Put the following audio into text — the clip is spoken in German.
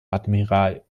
admiral